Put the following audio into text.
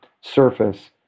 surface